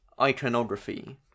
iconography